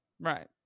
Right